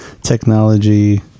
technology